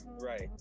Right